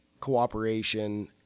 cooperation